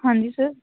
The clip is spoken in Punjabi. ਹਾਂਜੀ ਸਰ